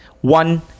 one